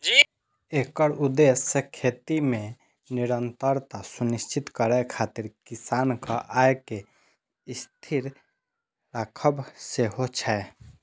एकर उद्देश्य खेती मे निरंतरता सुनिश्चित करै खातिर किसानक आय कें स्थिर राखब सेहो छै